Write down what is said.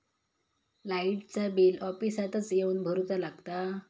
लाईटाचा बिल ऑफिसातच येवन भरुचा लागता?